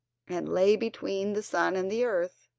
and lay between the sun and the earth.